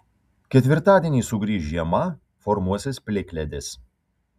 ketvirtadienį sugrįš žiema formuosis plikledis